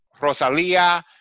Rosalia